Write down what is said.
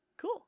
Cool